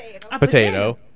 potato